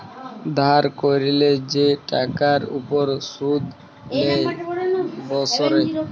ধার ক্যরলে যে টাকার উপর শুধ লেই বসরে